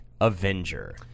Avenger